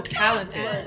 talented